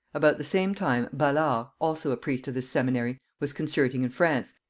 about the same time ballard, also a priest of this seminary, was concerting in france,